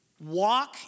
walk